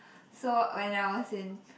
so when I was in